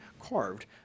carved